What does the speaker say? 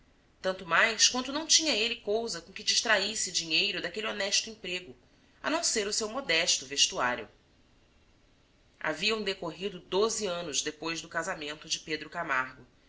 tanto mais quanto não tinha ele cousa com que distraísse dinheiro daquele honesto emprego a não ser o seu modesto vestuário haviam decorrido doze anos depois do casamento de pedro camargo